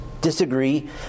disagree